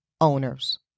owners